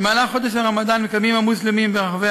במהלך חודש הרמדאן מקיימים המוסלמים ברחבי